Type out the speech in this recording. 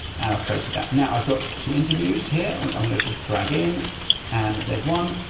and i've created that now. i've got some interviews here, which i'm going to just drag in and there's one.